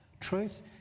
Truth